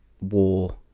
war